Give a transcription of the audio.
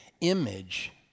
image